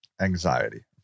anxiety